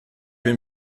will